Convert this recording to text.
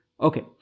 Okay